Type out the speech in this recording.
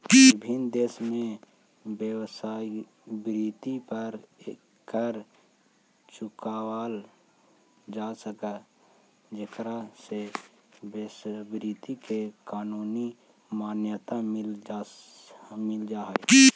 विभिन्न देश में वेश्यावृत्ति पर कर चुकावल जा हई जेकरा से वेश्यावृत्ति के कानूनी मान्यता मिल जा हई